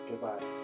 Goodbye